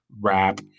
rap